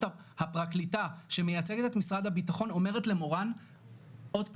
הפרקליטה שמייצגת את משרד הביטחון אומרת למורן עוד פעם,